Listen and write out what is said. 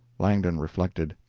langdon reflected.